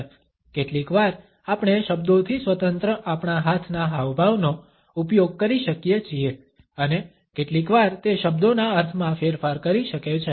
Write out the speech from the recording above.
કેટલીકવાર આપણે શબ્દોથી સ્વતંત્ર આપણા હાથના હાવભાવ નો ઉપયોગ કરી શકીએ છીએ અને કેટલીકવાર તે શબ્દોના અર્થમાં ફેરફાર કરી શકે છે